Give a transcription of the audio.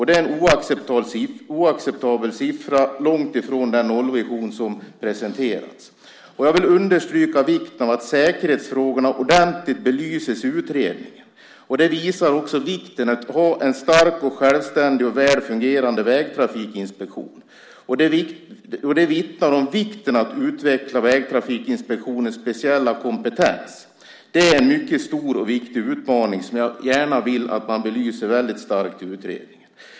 Det är en oacceptabel siffra som ligger långt ifrån den nollvision som presenterats. Jag vill understryka vikten av att säkerhetsfrågorna ordentligt belyses i utredningen. Det visar också vikten av att ha en stark, självständig och väl fungerande vägtrafikinspektion. Det vittnar om vikten av att utveckla Vägtrafikinspektionens speciella kompetens. Det är en mycket stor och viktig utmaning som jag gärna vill att man belyser väldigt starkt i utredningen.